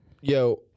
Yo